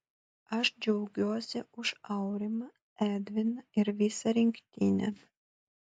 aš džiaugiuosi už aurimą edviną ir visą rinktinę